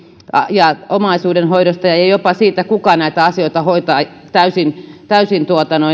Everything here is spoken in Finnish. ja omaisuudenhoidosta ja ja jopa siitä kuka näitä asioita hoitaa täysin täysin